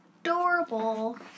adorable